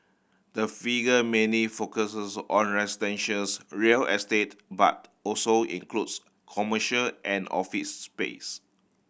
the figure mainly focuses on residentials real estate but also includes commercial and office space